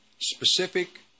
specific